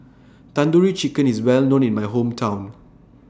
Tandoori Chicken IS Well known in My Hometown